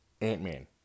Ant-Man